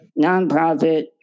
nonprofit